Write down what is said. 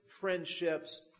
friendships